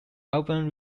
album